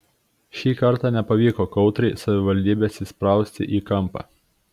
šį kartą nepavyko kautrai savivaldybės įsprausti į kampą